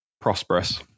prosperous